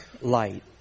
light